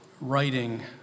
writing